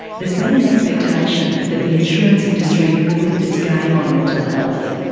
there's been an expectation that the insurance industry will lift its game on mental health.